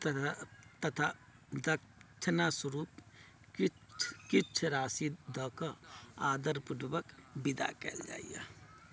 तेकरा तथा दक्षिणा स्वरूप किछु किछु राशि दऽ कऽ आदर पूर्वक विदा कयल जाइया